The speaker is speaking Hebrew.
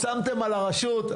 שמתם על הרשות,